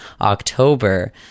October